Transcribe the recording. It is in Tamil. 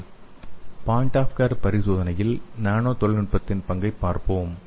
ஸ்லைடு நேரத்தைப் பார்க்கவும் 2510 பாயின்ட் ஆஃப் கேர் பரிசோதனையில் நானோ தொழில்நுட்பத்தின் பங்கைப் பார்ப்போம்